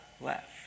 left